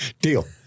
Deal